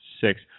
six